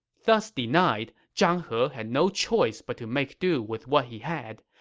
thus denied, zhang he had no choice but to make do with what he had.